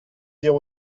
dire